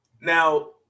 Now